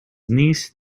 niece